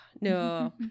No